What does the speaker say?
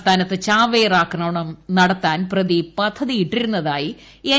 സംസ്ഥാനത്ത് ചാവേറാക്രമണം നടത്താൻ പ്രതി പദ്ധതിയിട്ടിരുന്നതായി എൻ